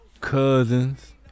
cousins